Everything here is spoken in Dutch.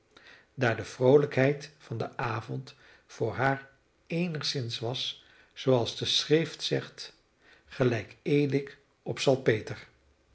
daar de vroolijkheid van den avond voor haar eenigszins was zooals de schrift zegt gelijk edik op salpeter